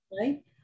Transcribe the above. Right